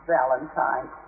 Valentine